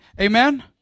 amen